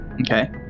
okay